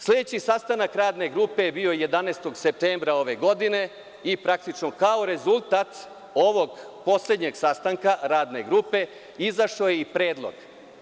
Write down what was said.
Sledeći sastanak Radne grupe je bio 11. septembra ove godine i kao rezultat ovog poslednjeg sastanka Radne grupe izašao je predlog.